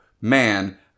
man